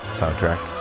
soundtrack